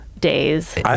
days